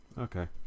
Okay